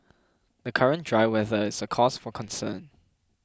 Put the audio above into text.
the current dry weather is a cause for concern